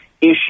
issue